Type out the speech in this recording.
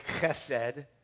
chesed